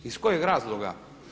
Iz kojeg razloga?